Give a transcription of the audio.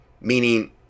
meaning